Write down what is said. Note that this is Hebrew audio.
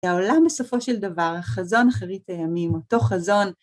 והעולם בסופו של דבר, החזון אחרית הימים, אותו חזון.